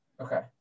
Okay